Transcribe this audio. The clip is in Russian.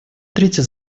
третье